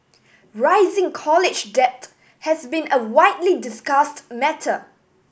rising college debt has been a widely discussed matter